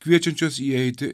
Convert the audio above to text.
kviečiančios įeiti